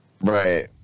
right